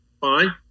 Fine